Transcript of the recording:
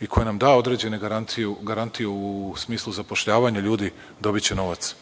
i koja nam da određene garancije u smislu zapošljavanja ljudi, dobiće novac.